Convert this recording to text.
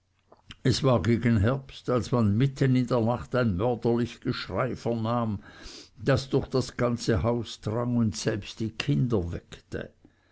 es war gegen herbst als man mitten in der nacht ein mörderlich geschrei vernahm das durch das ganze haus drang und selbst die kinder